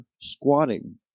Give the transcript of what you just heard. squatting